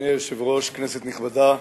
אדוני היושב-ראש, כנסת נכבדה,